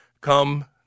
come